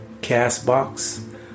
CastBox